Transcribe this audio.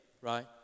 right